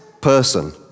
person